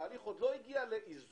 שהתהליך עוד לא הגיע לאיזון.